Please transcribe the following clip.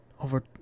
over